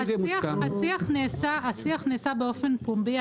השיח נעשה באופן פומבי,